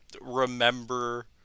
remember